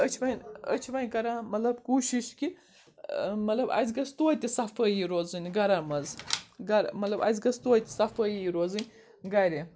أسۍ چھِ وۄنۍ أسۍ چھِ وۄنۍ کَران مطلب کوٗشِش کہِ مطلب اَسہِ گٔژھِ توتہِ صفٲیی روزٕنۍ گَر مَنٛز گَرٕ مطلب اَسہِ گٔژھِ توتہِ صفٲیی روزٕنۍ گَرِ